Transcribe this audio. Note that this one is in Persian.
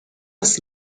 است